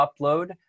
upload